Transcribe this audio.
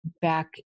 back